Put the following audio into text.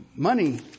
Money